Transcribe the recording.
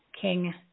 king